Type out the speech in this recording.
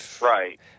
Right